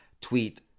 tweet